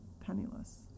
penniless